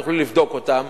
את תוכלי לבדוק אותם,